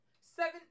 Seven